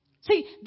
See